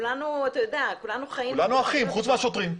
כולנו אחים, חוץ מהשוטרים.